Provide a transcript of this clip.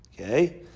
Okay